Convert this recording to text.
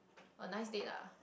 a nice date lah